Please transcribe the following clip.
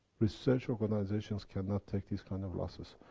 research organizations can not take these kind of losses.